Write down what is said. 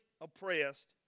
oppressed